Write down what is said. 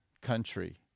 country